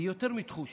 והיא יותר מתחושה,